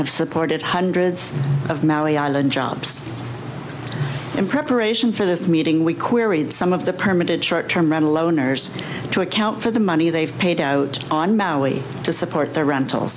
have supported hundreds of maui island jobs in preparation for this meeting we queried some of the permanent short term rental loaners to account for the money they've paid out on maui to support their rental